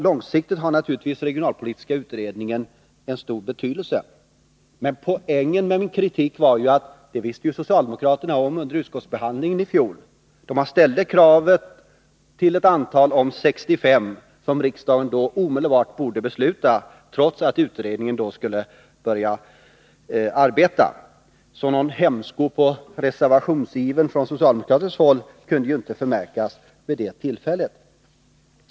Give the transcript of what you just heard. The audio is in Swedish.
Långsiktigt har naturligtvis regionalpolitiska utredningen stor betydelse, men poängen med min kritik var ju att socialdemokraterna också under utskottsbehandlingen i fjol kände till denna utredning. Då framställde socialdemokraterna i reservationer — till ett antal av 65 — krav som riksdagen omedelbart borde tillgodose, trots att utredningen skulle börja arbeta. Någon hämsko på reservationsivern från socialdemokratiskt håll kunde ju inte förmärkas vid det tillfället.